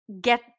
get